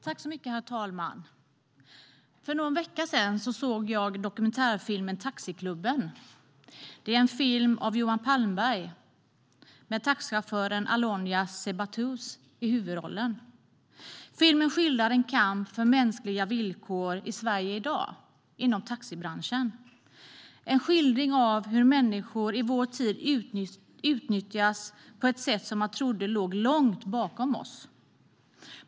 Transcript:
Herr talman! För någon vecka sedan såg jag dokumentärfilmen Taxiklubben . Det är en film av Johan Palmberg med taxichauffören Allonias Sebhatu i huvudrollen. Filmen skildrar en kamp för mänskliga villkor i Sverige i dag inom taxibranschen. Den är en skildring av hur människor i vår tid utnyttjas på ett sätt som man trodde låg långt bakom oss.